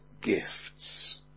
gifts